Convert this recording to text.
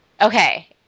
Okay